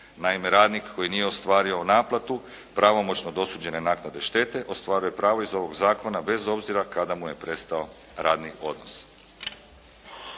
Naime, radnik koji nije ostvario ovu naplatu, pravomoćno dosuđene naknade štete ostvaruje pravo iz ovog zakona bez obzira kada mu je prestao radni odnos.